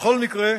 בכל מקרה,